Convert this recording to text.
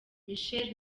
michel